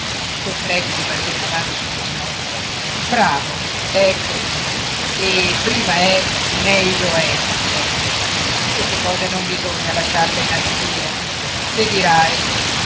don predu gli batté una mano sulle ginocchia bravo è questo e prima è meglio è efix queste cose non bisogna lasciarle inacidire le dirai